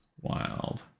wild